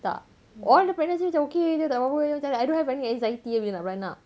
tak all the pregnancy macam okay jer tak ada apa-apa jer macam I don't have any anxiety bila nak beranak